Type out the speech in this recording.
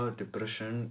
depression